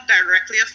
directly